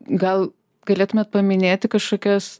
gal galėtumėt paminėti kažkokias